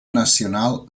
nacional